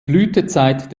blütezeit